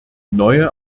neue